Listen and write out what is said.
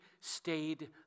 stayed